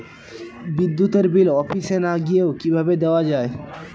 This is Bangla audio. বিদ্যুতের বিল অফিসে না গিয়েও কিভাবে দেওয়া য়ায়?